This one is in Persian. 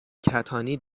کتانی